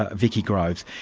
ah vicky groves,